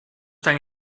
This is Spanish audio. tan